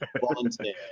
volunteer